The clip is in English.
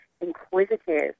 inquisitive